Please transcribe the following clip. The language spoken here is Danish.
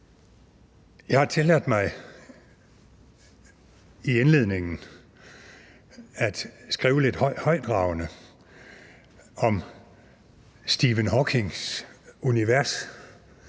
Jeg har tilladt mig i indledningen at skrive lidt højtravende om Stephen Hawkings univers,